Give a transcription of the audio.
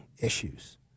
issues